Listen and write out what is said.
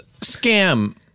scam